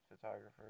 photographer